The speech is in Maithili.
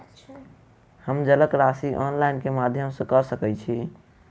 हम जलक राशि ऑनलाइन केँ माध्यम सँ कऽ सकैत छी?